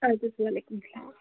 اَدٕ حظ وعلیکُم السلام